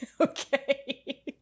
okay